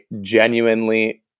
genuinely